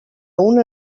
una